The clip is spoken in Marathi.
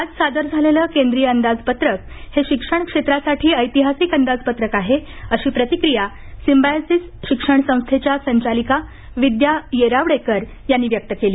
आज सादर झालेलं केंद्रीय अंदाजपत्रक हे शिक्षण क्षेत्रासाठी ऐतिहासिक अंदाजपत्रक आहे अशी प्रतक्रिया सिंबायोसिस शिक्षण संस्थेच्या संचालिका विद्या येरावडेकर यांनी व्यक्त केली